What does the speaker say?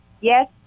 yes